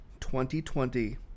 2020